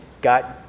got